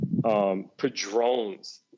Padrones